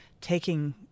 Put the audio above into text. taking